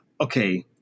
okay